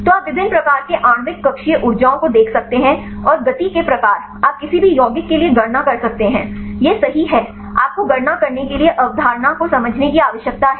तो आप विभिन्न प्रकार के आणविक कक्षीय ऊर्जाओं को देख सकते हैं और गति के प्रकार आप किसी भी यौगिक के लिए गणना कर सकते हैं ये सही हैं आपको गणना करने के लिए अवधारणा को समझने की आवश्यकता है